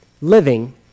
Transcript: living